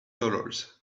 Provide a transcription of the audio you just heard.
dollars